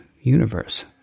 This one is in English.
universe